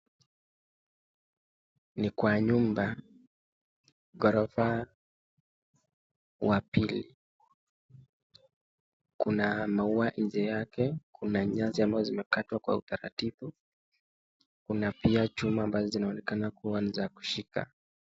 ni nyumbani, gorofa ya pili. Kuna maua nje yake, na nyasi zilizokatwa kwa utaratibu. Pia, kuna chuma zinazoonekana pia ni za kushika.